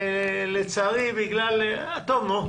לצערי, בגלל טוב, נו.